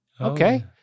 okay